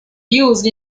used